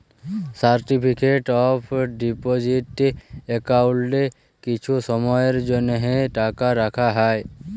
certificate of deposit একাউল্টে কিছু সময়ের জ্যনহে টাকা রাখা হ্যয়